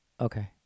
Okay